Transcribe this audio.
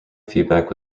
feedback